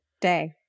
day